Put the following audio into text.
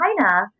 china